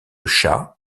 chat